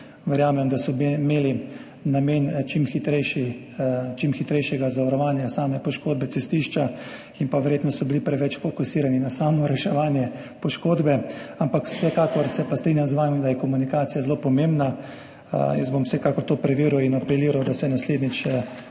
Verjamem, da so imeli namen čim hitreje zavarovati samo poškodbo cestišča in so bili verjetno preveč fokusirani na samo reševanje poškodbe. Ampak se pa vsekakor strinjam z vami, da je komunikacija zelo pomembna. Jaz bom vsekakor to preveril in apeliral, da se naslednjič,